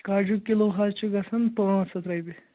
کاجوٗ کِلوٗ حظ چھِ گژھان پانٛژھ ہَتھ رۄپیہِ